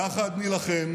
יחד נילחם